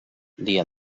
dia